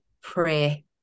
pray